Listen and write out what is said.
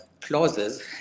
clauses